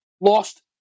lost